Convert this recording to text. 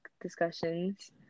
discussions